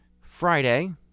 Friday